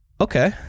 Okay